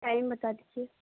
time بتا دیجیے